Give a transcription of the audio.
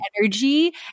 energy